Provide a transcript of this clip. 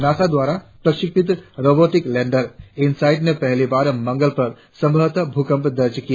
NASA द्वारा प्रक्षपित robotic lander InSight ने पहली बार मंगल पर संवभतः भूकंप दर्ज किया